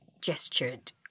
gestured